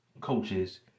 coaches